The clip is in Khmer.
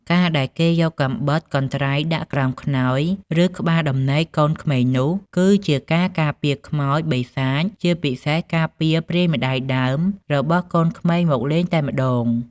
ការដែលគេយកកាំបិត កន្ត្រៃដាក់ក្រោមខ្នើយ ឬលើក្បាលដំណេកកូនក្មេងនោះ គឺជាការការពារខ្មោច បិសាច ជាពិសេសគឺការពារព្រាយម្តាយដើម របស់កូនក្មេងមកលេងតែម្តង